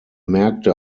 märkte